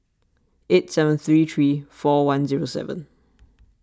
eight seven three three four one zero seven